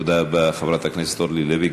תודה רבה לחברת הכנסת אורלי לוי.